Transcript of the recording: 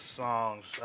songs